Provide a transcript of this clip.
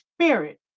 Spirit